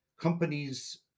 companies